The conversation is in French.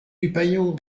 dupaillon